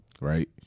Right